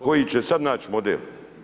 Koji će sada naći model?